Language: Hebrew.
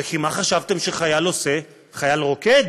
וכי מה חשבתם שחייל עושה, חייל רוקד?